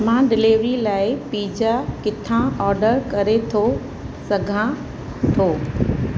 मां डिलेवरी लाइ पिज्जा किथां ऑडर करे थो सघां थो